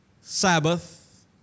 Sabbath